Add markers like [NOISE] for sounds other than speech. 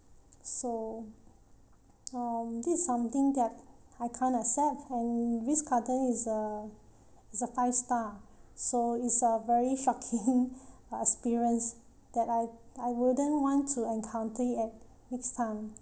so um this is something that I can't accept and Ritz Carlton is a is a five star so it's a very shocking [LAUGHS] uh experience that I I wouldn't want to encounter yet next time